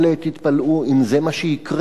אל תתפלאו אם זה מה שיקרה,